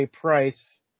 price